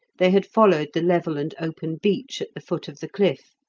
they had followed the level and open beach at the foot of the cliff,